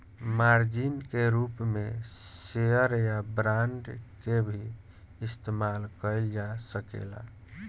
margin के रूप में शेयर या बांड के भी इस्तमाल कईल जा सकेला